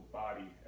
body